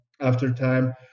aftertime